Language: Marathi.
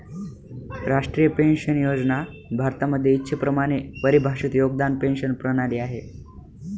राष्ट्रीय पेन्शन योजना भारतामध्ये इच्छेप्रमाणे परिभाषित योगदान पेंशन प्रणाली आहे